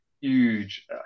huge